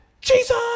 Jesus